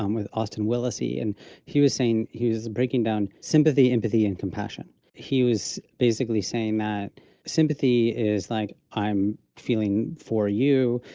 um with austin willacy, he and he was saying he was breaking down sympathy, empathy and compassion. he was basically saying that sympathy is like i'm feeling for you,